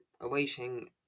awaiting